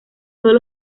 todos